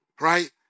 Right